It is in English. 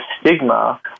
stigma